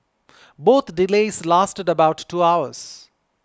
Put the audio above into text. both delays lasted about two hours